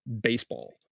baseball